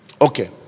okay